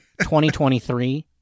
2023